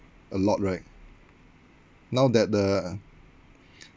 a lot right now that the